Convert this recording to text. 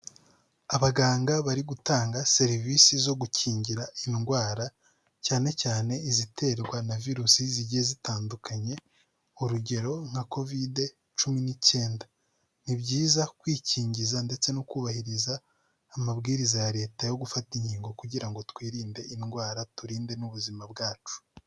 Abaganga bari gutanga serivisi zo gukingira indwara cyane cyane iziterwa na virusi zigiye zitandukanye, urugero nka kovide cumi n'icyenda. Ni byiza kwikingiza ndetse no kubahiriza amabwiriza ya Leta yo gufata inkingo kugira ngo twirinde indwara turinde n'ubuzima bwacu.